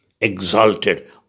Exalted